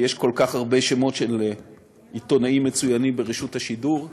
כי יש כל כך הרבה שמות של עיתונאים מצוינים ברשות השידור,